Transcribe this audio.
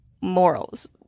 morals